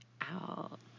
out